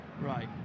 Right